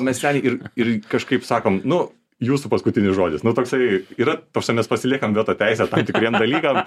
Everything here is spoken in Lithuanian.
mes seniai ir ir kažkaip sakom nu jūsų paskutinis žodis nu toksai yra ta prasme mes pasiliekam veto teisę tam tikriem dalykam